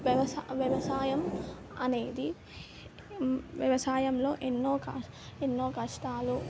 వ్యవసాయ వ్యవసాయం అనేది యం వ్యవసాయంలో ఎన్నో కష్ట ఎన్నో కష్టాలు